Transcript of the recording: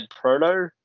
proto